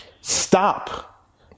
stop